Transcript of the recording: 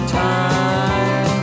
time